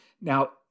Now